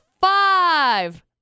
five